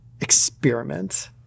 experiment